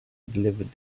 delivered